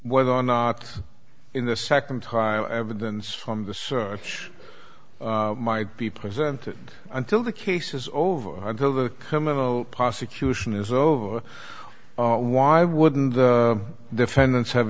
whether or not in the second time evidence from the search might be presented until the case is over until the criminal prosecution is over why wouldn't the defendants have